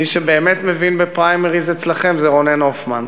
מי שבאמת מבין בפריימריז אצלכם זה רונן הופמן,